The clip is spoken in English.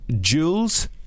Jules